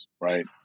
right